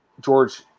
George